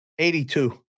82